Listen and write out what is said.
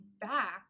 back